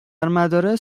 جوامع